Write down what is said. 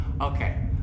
Okay